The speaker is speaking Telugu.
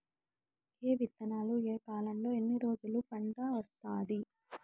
ఏ విత్తనాలు ఏ కాలంలో ఎన్ని రోజుల్లో పంట వస్తాది?